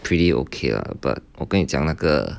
pretty okay lah but 我跟你讲那个